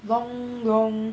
wrong wrong